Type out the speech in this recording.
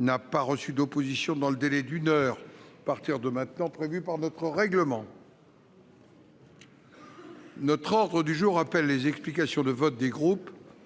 n'a pas reçu d'opposition dans le délai d'une heure prévu par notre règlement. L'ordre du jour appelle les explications de vote des groupes